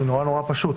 זה נורא נורא פשוט.